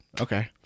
Okay